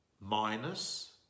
minus